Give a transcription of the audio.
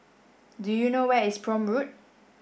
do you know where is Prome Road